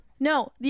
no